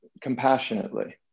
compassionately